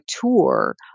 tour